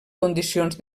condicions